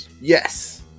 Yes